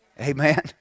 Amen